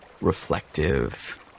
reflective